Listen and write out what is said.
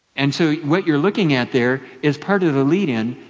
and so what you're looking at there is part of the lead in,